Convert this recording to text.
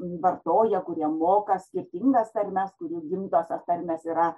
vartoja kurie moka skirtingas tarmes kurių gimtosios tarmės yra